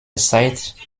zeit